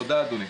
תודה, אדוני.